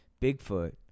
Bigfoot